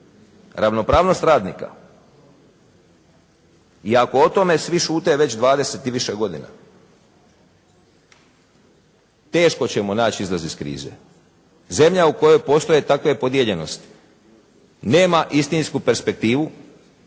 ravnopravnost radnika i ako o tome svi šute već više od 20 godina teško ćemo naći izlaz iz krize. Zemlja u kojoj postoje takve podijeljenosti nema istinsku perspektivu